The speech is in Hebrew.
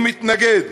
הוא מתנגד.